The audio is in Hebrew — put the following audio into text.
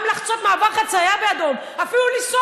גם לחצות מעבר חציה באדום ואפילו לנסוע